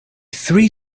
three